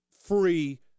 free